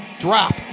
drop